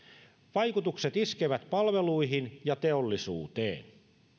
vaikutukset iskevät palveluihin ja teollisuuteen